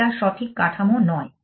এটা সঠিক কাঠামো নয়